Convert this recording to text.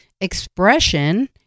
expression